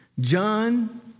John